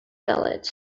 village